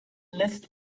list